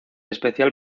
especial